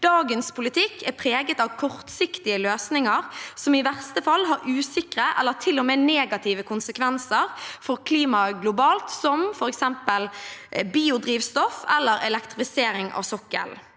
Dagens politikk er preget av kortsiktige løsninger som i verste fall har usikre eller til og med negative konsekvenser for klimaet globalt, som f.eks. biodrivstoff eller elektrifisering av sokkelen.